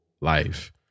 life